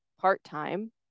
part-time